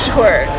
Sure